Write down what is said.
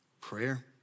Prayer